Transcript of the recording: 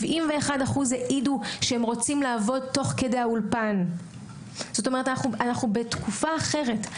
71% העידו שהם רוצים לעבוד תוך כדי האולפן כלומר אנו בתקופה אחרת,